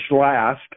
last